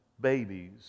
babies